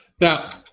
Now